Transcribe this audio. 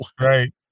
Right